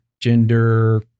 gender